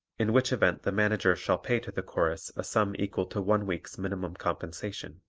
in which event the manager shall pay to the chorus a sum equal to one week's minimum compensation.